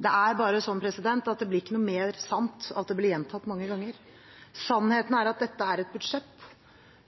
Det er bare sånn at det blir ikke noe mer sant av at det blir gjentatt mange ganger. Sannheten er at dette er et budsjett